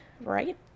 Right